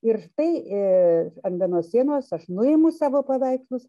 ir štai i ant vienos sienos aš nuimu savo paveikslus